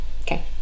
Okay